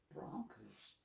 Broncos